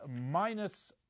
minus